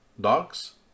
dogs